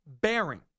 bearing